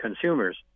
consumers